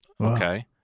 Okay